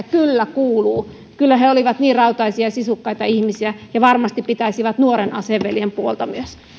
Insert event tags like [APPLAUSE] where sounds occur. [UNINTELLIGIBLE] kyllä kuuluu he olivat niin rautaisia sisukkaita ihmisiä he varmasti pitäisivät myös nuoren aseveljen puolta